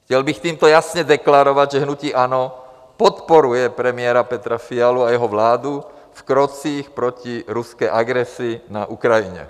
Chtěl bych tímto jasně deklarovat, že hnutí ANO podporuje premiéra Petra Fialu a jeho vládu v krocích proti ruské agresi na Ukrajině.